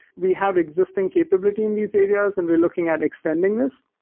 we have existing capability in these areas and we're looking at extending this.